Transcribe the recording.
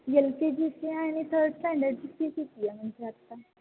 L K जीची आणि थड स्टँडडची फी किती आहे म्हणजे आता